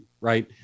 Right